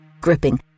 gripping